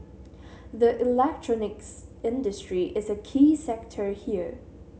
the electronics industry is a key sector here